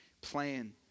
plan